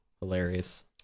Hilarious